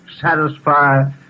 satisfy